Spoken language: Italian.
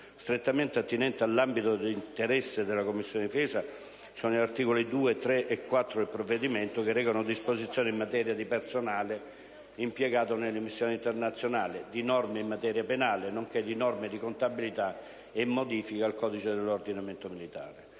Strettamente attinente all'ambito di interesse della Commissione difesa, sono gli articoli 2, 3 e 4 del provvedimento che recano disposizioni in materia di personale impiegato nelle missioni internazionali, di norme in materia penale, nonché di norme di contabilità e modifiche al codice dell'ordinamento militare.